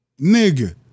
nigga